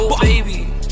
Baby